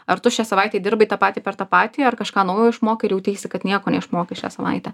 ar tu šią savaitę dirbai tą patį per tą patį ar kažką naujo išmokai ar jauteisi kad nieko neišmokai šią savaitę